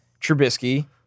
Trubisky